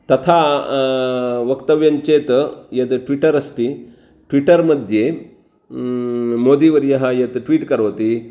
तथा वक्तव्यञ्चेत् यद् ट्विटरस्ति ट्विटर् मध्ये मोदिवर्यः यत् ट्वीट् करोति